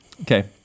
Okay